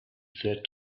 said